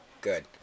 good